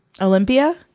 Olympia